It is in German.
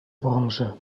branche